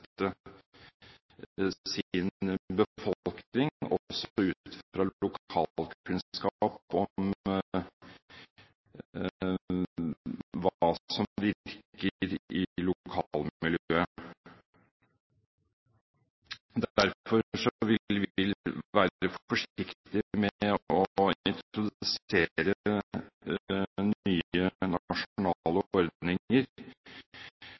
sin befolkning, også ut fra lokalkunnskap om hva som virker i lokalmiljøet. Derfor vil vi være forsiktige med å introdusere nye